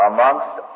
Amongst